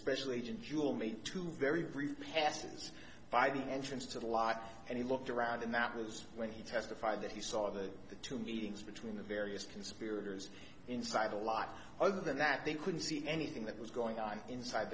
special agent jewel made to very very passes by the entrance to the lot and he looked around and that was when he testified that he saw the two meetings between the various conspirators inside a lot other than that they couldn't see anything that was going on inside